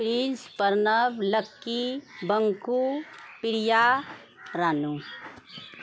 prince Pranav Lucky Banku Priya Ranu